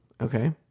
okay